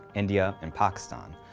india and pakistan.